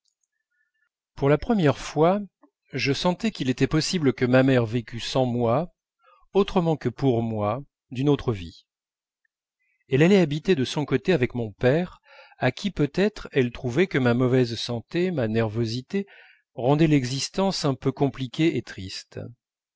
pour la première fois je sentais qu'il était possible que ma mère vécût sans moi autrement que pour moi d'une autre vie elle allait habiter de son côté avec mon père à qui peut-être elle trouvait que ma mauvaise santé ma nervosité rendaient l'existence un peu compliquée et triste